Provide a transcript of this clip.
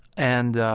and